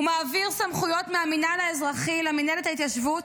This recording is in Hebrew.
הוא מעביר סמכויות מהמינהל האזרחי למינהלת ההתיישבות,